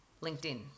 LinkedIn